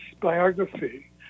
biography